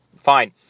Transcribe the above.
Fine